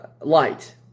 light